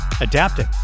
adapting